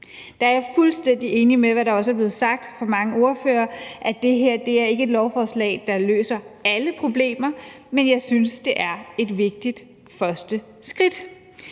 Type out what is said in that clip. Der er jeg fuldstændig enig i, hvad der også er blevet sagt af mange ordførere, at det her ikke er et lovforslag, der løser alle problemer, men jeg synes, det er et vigtigt første skridt.